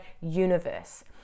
universe